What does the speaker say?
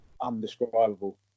undescribable